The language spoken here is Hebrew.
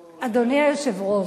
אלי, אדוני היושב-ראש,